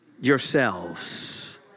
yourselves